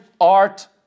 art